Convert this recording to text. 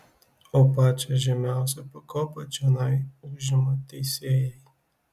o pačią žemiausią pakopą čionai užima teisėjai